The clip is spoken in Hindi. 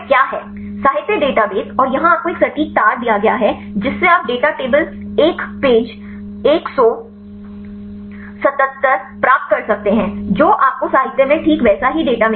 साहित्य डेटाबेस और यहाँ आपको एक सटीक तार दिया गया है जिससे आप डेटा टेबल एक पेज 177 प्राप्त कर सकते हैं जो आपको साहित्य में ठीक वैसा ही डेटा मिलेगा